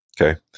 Okay